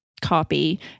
Copy